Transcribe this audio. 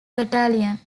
battalion